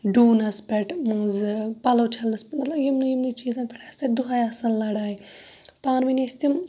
ڈُونَس پیٹھ مَنٛز پَلَو چھَلنَس پیٚٹھ یِمنٕے یِمنٕے چیٖزَن پیٚٹھ آسہٕ تَتہِ دُہے آسان لَڑایہِ پانہٕ ونۍ ٲسۍ تِم